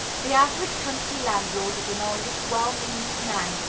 the average country landlord is an honest, well-meaning man,